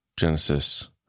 Genesis